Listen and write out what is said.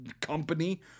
company